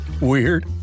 Weird